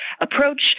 approach